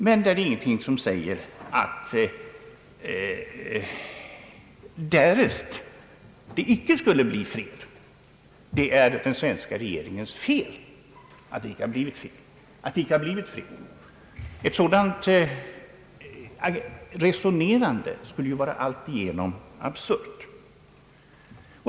Men det är väl ingen som vill påstå att, därest det nu inte skulle bli fred, skulle detta vara den svenska regeringens fel. Ett sådant resonemang skulle vara alltigenom absurt.